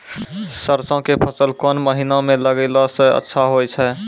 सरसों के फसल कोन महिना म लगैला सऽ अच्छा होय छै?